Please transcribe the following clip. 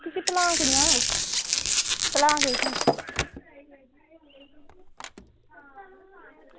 उसी भुल्लां कि'यां भुल्लां कि'यां